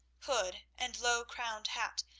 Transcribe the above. hood and low-crowned hat,